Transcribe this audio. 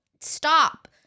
Stop